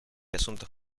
asuntos